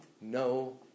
no